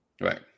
Right